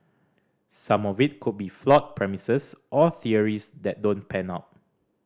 some of it could be flawed premises or theories that don't pan out